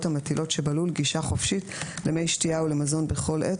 המטילות שבלול גישה חופשית למי שתיה ולמזון בכל עת,